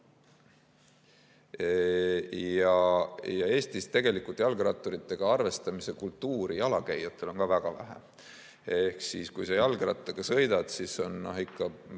Eestis tegelikult jalgratturitega arvestamise kultuuri on ka jalakäijatel väga vähe. Ehk siis, kui sa jalgrattaga sõidad, siis ikka